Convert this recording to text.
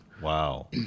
Wow